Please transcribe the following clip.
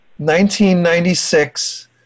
1996